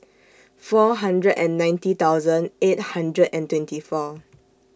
four hundred and ninety thousand eight hundred and twenty four